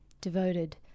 devoted